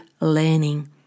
learning